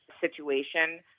situation